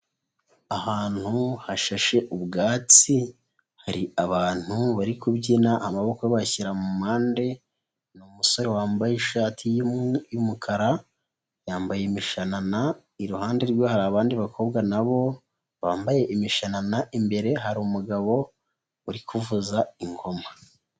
Ahantu hashashe ubwatsi hari abantu bari kubyina amaboko bayashyira mu mpande. Ni umusore wambaye ishati y'umukara, yambaye imishanana. Iruhande rwe hari abandi bakobwa na bo bambaye imishanana. Imbere hari umugabo uri kuvuza ingoma.